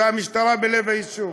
והמשטרה בלב היישוב.